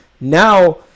Now